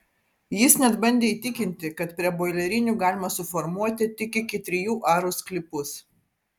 jis net bandė įtikinti kad prie boilerinių galima suformuoti tik iki trijų arų sklypus